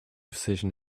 precision